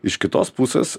iš kitos pusės